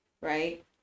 right